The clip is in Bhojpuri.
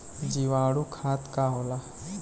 जीवाणु खाद का होला?